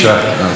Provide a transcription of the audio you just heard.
נא לסיים.